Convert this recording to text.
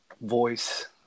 voice